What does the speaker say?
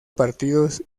partidos